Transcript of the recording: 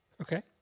Okay